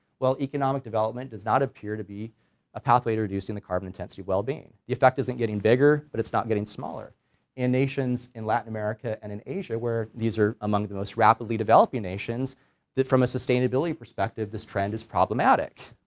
well economic development does not appear to be a pathway to reducing the carbon intensity well-being. the effect isn't getting bigger, but it's not getting smaller and nations in latin america and in asia where these are among the most rapidly developing nations that from a sustainability perspective this trend is problematic,